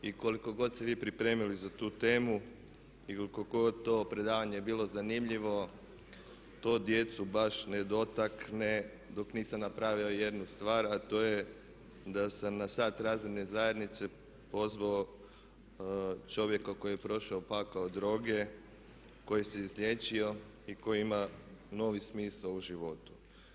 I koliko god se vi pripremili za tu temu i koliko god to predavanje bilo zanimljivo to djecu baš ne dotakne dok nisam napravio jednu stvar, a to je da sam na sat razredne zajednice pozvao čovjeka koji je prošao pakao droge, koji se izliječio i koji ima novi smisao u životu.